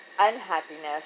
unhappiness